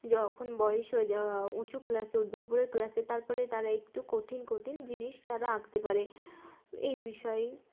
যখন বয়স হয়ে যাওয় উঁচু ক্লাসে উঠবে উপরের ক্লাসে তারপরে তারা একটু কঠিন কঠিন জিনিস তারা আঁকতে পারে এই বিষয়ে